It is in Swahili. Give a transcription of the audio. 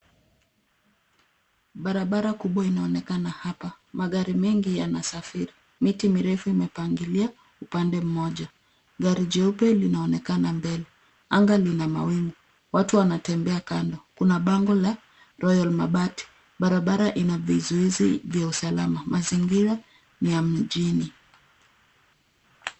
Barabara kubwa inaonekana hapa. Magari mengi yanasafiri. Miti mirefu imepangiliwa upande mmoja. Gari jeupe linaonekana mbele. Anga lina mawingu. Watu wanatembea kando. Kuna bango la Royal Mabati. Barabara ina vizuizi vya usalama. Mazingira ni ya mjini.